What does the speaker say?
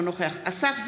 אינו נוכח אסף זמיר,